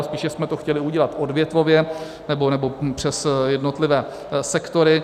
Spíše jsme to chtěli udělat odvětvově nebo přes jednotlivé sektory.